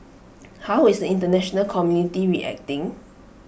how is International community reacting